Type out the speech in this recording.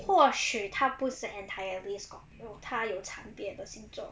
或许他不是 entirely scorpio 他有参别的星座